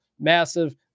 massive